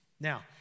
Now